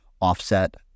offset